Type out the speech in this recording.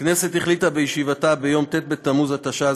הכנסת החליטה בישיבתה ביום ט' בתמוז התשע"ז,